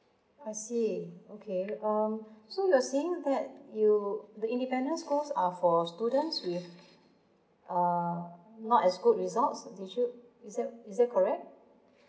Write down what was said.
I see okay um so you're saying that you the independence schools are for students with uh not as good results did you is that is that correct